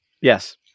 Yes